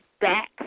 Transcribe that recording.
back